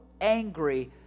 angry